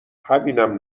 همینم